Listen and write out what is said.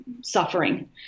suffering